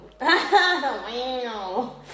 Wow